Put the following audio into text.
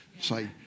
Say